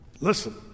listen